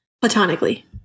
platonically